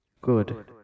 Good